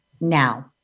now